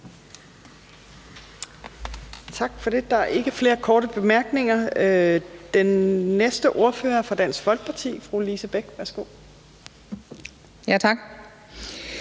Tak for det. Der er ikke flere korte bemærkninger. Den næste ordfører er fra Dansk Folkeparti, fru Lise Bech. Værsgo. Kl.